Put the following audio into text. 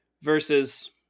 versus